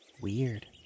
Weird